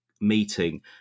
meeting